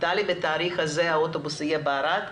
'טלי בתאריך הזה האוטובוס יהיה בערד,